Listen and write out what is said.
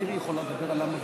אני אחזור על כמה דברים.